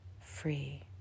free